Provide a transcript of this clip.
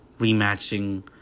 Rematching